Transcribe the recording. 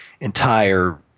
entire